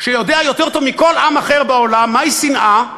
שיודע יותר טוב מכל עם אחר בעולם מהי שנאה,